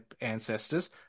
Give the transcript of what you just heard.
ancestors